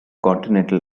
continental